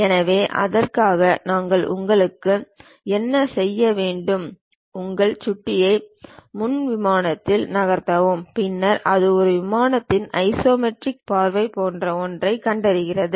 எனவே அதற்காக நாங்கள் உங்களுக்கு என்ன செய்ய வேண்டும் உங்கள் சுட்டியை முன் விமானத்தில் நகர்த்தவும் பின்னர் அது ஒரு விமானத்தின் ஐசோமெட்ரிக் பார்வை போன்ற ஒன்றைக் கண்டறிகிறது